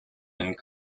and